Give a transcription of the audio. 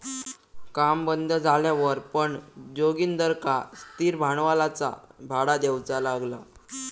काम बंद झाल्यावर पण जोगिंदरका स्थिर भांडवलाचा भाडा देऊचा लागला